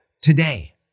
today